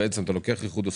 בעצם אתה לוקח איחוד עוסקים,